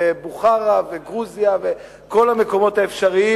ובוכרה וגרוזיה, כל המקומות האפשריים.